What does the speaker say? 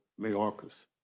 Mayorkas